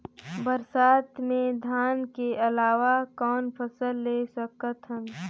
बरसात मे धान के अलावा कौन फसल ले सकत हन?